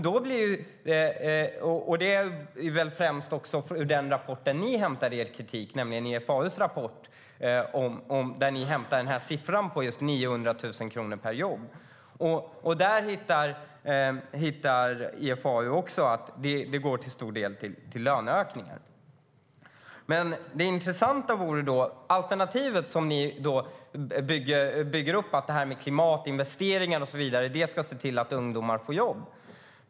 Det är väl främst från IFAU:s rapport ni hämtar er kritik och siffran 900 000 kronor per jobb. Men i den finner IFAU också att pengarna till stor del går till löneökningar. Alternativet som ni bygger upp är att klimatinvesteringar och så vidare ska se till att ungdomar får jobb.